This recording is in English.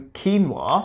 quinoa